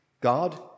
God